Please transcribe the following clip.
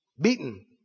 Beaten